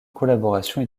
collaboration